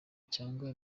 cyangwa